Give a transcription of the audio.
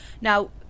now